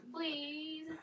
Please